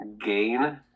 gain